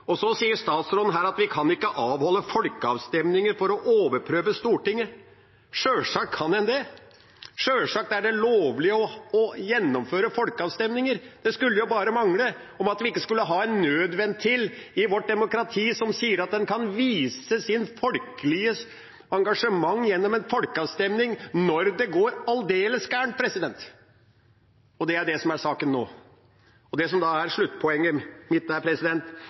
og så sier statsråden her at vi kan ikke avholde folkeavstemninger for å overprøve Stortinget. Sjølsagt kan en det. Sjølsagt er det lovlig å gjennomføre folkeavstemninger – det skulle jo bare mangle. Skulle vi ikke ha en nødventil i vårt demokrati som sier at en kan vise sitt folkelige engasjement gjennom en folkeavstemning når det går aldeles gærent? Det er det som er saken nå. Det som da er sluttpoenget mitt, er: